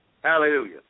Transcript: Hallelujah